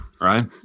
right